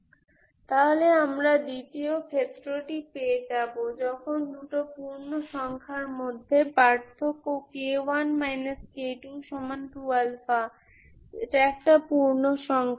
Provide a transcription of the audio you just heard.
সুতরাং আমরা দ্বিতীয় ক্ষেত্রটি পেয়ে যাব যখন দুটি পূর্ণ সংখ্যার মধ্যে পার্থক্য k1 k22α যেটা একটি পূর্ণ সংখ্যা